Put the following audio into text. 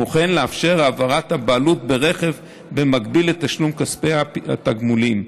וכן לאפשר את העברת הבעלות ברכב במקביל לתשלום כספי התגמולים,